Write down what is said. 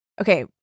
Okay